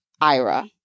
IRA